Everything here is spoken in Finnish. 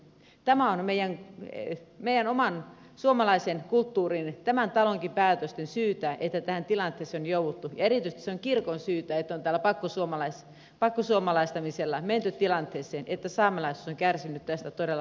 tämä on meidän oman suomalaisen kulttuurin tämän talonkin päätösten syytä että tähän tilanteeseen on jouduttu ja erityisesti se on kirkon syytä että on tällä pakkosuomalaistamisella menty tilanteeseen että saamelaiset ovat kärsineet tästä todella paljon